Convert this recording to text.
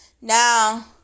Now